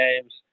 games